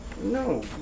no